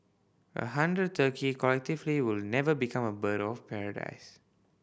a hundred turkey collectively will never become a bird of paradise